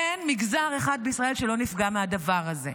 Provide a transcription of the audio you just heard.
אין מגזר אחד בישראל שלא נפגע מהדבר הזה.